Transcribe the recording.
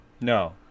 No